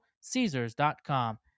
caesars.com